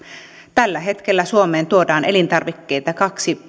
tällä hetkellä suomeen tuodaan elintarvikkeita kaksi